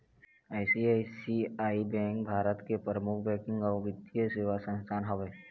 ICICI bank Bharat के परमुख banking अउ बित्तीय सेवा संस्थान हवय